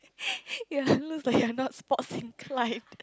ya you like you are not sports inclined